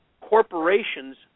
corporations